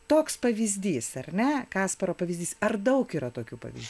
toks pavyzdys ar ne kasparo pavyzdys ar daug yra tokių pavyzdžių